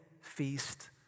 feast